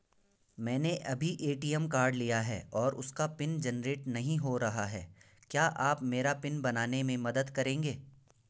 मैंने अभी ATM card लिया है और उसका पिन जेनरेट नहीं हो रहा है क्या आप मेरा पिन बनाने में मदद करेंगे?